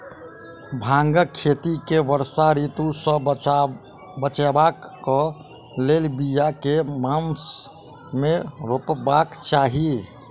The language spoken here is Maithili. भांगक खेती केँ वर्षा ऋतु सऽ बचेबाक कऽ लेल, बिया केँ मास मे रोपबाक चाहि?